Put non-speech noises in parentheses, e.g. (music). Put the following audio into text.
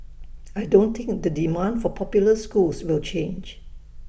(noise) I don't think the demand for popular schools will change